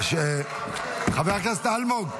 חבר הכנסת אלמוג,